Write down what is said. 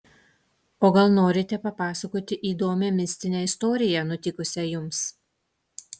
o gal norite papasakoti įdomią mistinę istoriją nutikusią jums